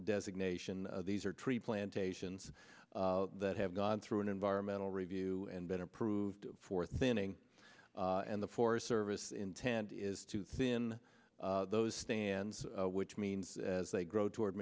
designation these are tree plantations that have gone through an environmental review and been approved for thinning and the forest service intent is to thin those stands which means as they grow toward